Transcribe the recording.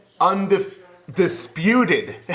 undisputed